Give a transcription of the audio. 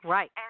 Right